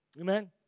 Amen